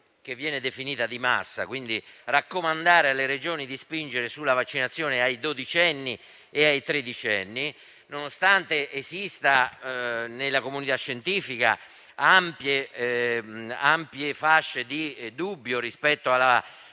che viene definita di massa, e, quindi, intenda raccomandare alle Regioni di spingere sulla vaccinazione ai dodicenni e ai tredicenni, nonostante esistano nella comunità scientifica ampie fasce di dubbio rispetto alla possibilità